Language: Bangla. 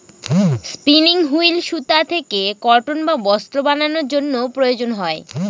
স্পিনিং হুইল সুতা থেকে কটন বা বস্ত্র বানানোর জন্য প্রয়োজন হয়